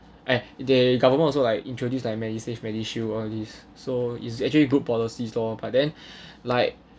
eh the government also like introduce like medisave medishield all these so it's actually good policies lor but then like